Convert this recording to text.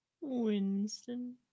Winston